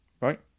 right